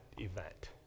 event